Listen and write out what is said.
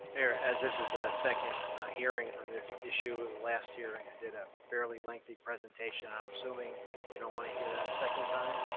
mayor, as this is the second hearing on this issue, the last hearing i did a fairly lengthy presentation, i'm assuming you don't want to hear that a second time.